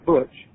Butch